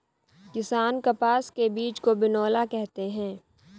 किसान कपास के बीज को बिनौला कहते है